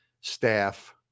staff